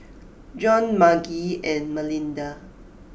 Jon Margie and Melinda